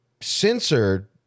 censored